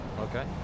Okay